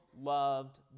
loved